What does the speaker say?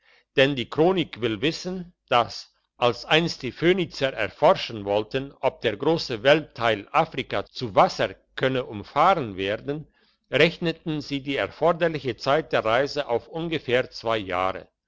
denn die chronik will wissen dass als einst die phönizier erforschen wollten ob der grosse weltteil afrika zu wasser könne umfahren werden rechneten sie die erforderliche zeit der reise auf ungefähr zwei jahre